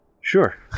Sure